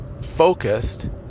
focused